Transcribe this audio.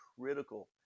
critical